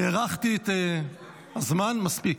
הארכתי את הזמן מספיק.